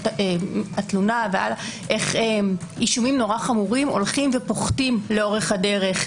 התלונה איך אישומים נורא חמורים הולכים ופוחתים לאורך הדרך,